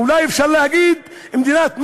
אולי אפשר להגיד מדינת מסחרה,